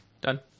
Done